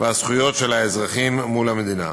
והזכויות של האזרחים מול המדינה.